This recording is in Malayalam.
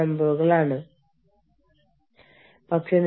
എന്ത് പ്രശ്നങ്ങളാണ് വരുന്നത്